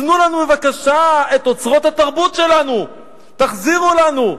תנו לנו בבקשה את אוצרות התרבות שלנו, תחזירו לנו.